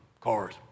cars